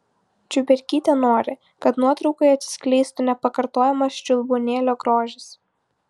čiuberkytė nori kad nuotraukoje atsiskleistų nepakartojamas čiulbuonėlio grožis